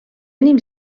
enim